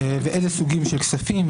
ואיזה סוגים של כספים,